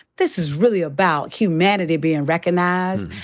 this is really about humanity bein' recognized.